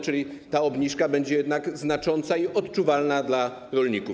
Czyli ta obniżka będzie jednak znacząca i odczuwalna dla rolników.